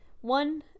one